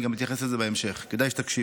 אני גם אתייחס לזה בהמשך, כדאי שתקשיב.